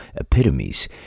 epitomes